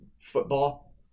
football